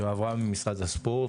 ממשרד הספורט.